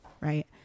right